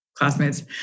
Classmates